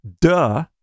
duh